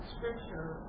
Scripture